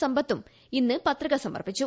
സമ്പത്തും ഇന്ന് പത്രിക് സ്മർപ്പിച്ചു